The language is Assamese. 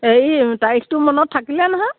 হেৰি তাৰিখটো মনত থাকিলে নহয়